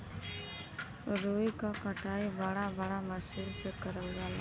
रुई क कटाई बड़ा बड़ा मसीन में करल जाला